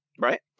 Right